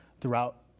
throughout